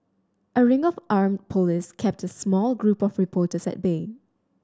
a ring of armed police kept small group of reporters at bay